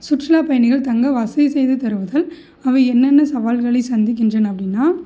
சுற்றுலாப் பயணிகள் தங்க வசதி செய்து தருவதால் அவை என்னென்ன சவால்களைச் சந்திக்கின்றன அப்படின்னா